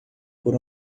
por